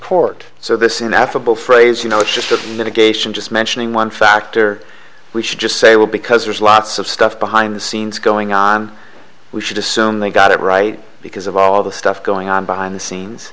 court so this is an affable phrase you know it's just that a geisha just mentioning one factor we should just say well because there's lots of stuff behind the scenes going on we should assume they got it right because of all the stuff going on behind the scenes